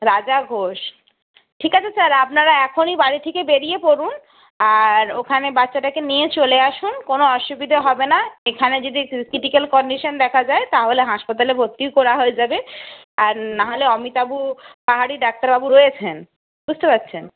রাজা ঘোষ ঠিক আছে স্যার আপনারা এখনই বাড়ি থেকে বেরিয়ে পড়ুন আর ওখানে বাচ্চাটাকে নিয়ে চলে আসুন কোনো অসুবিধে হবে না এখানে যদি ক্রিটিক্যাল কন্ডিশান দেখা যায় তাহলে হাসপাতালে ভর্তি করা হয়ে যাবে আর না হলে অমিতাভ পাহাড়ি ডাক্তারবাবু রয়েছেন বুঝতে পারছেন